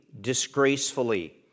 disgracefully